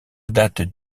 date